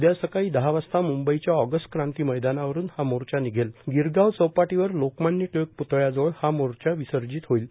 उद्या सकाळी दहा वाजता मुंबईच्या ऑगस्ट क्रांती मैदानावरून हा मोर्चा निघेत गिरगाव चौपाटीवर लोकमान्य टिळक प्तळ्याजवळ हा मोर्चा विसर्जित होईल